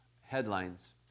headlines